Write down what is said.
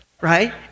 right